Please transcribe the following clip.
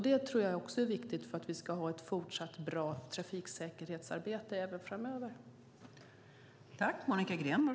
Det tror jag är viktigt för att vi ska kunna ha ett bra trafiksäkerhetsarbete även framöver.